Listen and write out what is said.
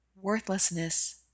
worthlessness